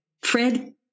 Fred